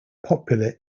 popular